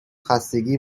خستگی